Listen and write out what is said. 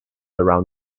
around